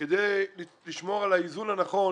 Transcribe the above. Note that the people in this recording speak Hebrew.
כדי לשמור על האיזון הנכון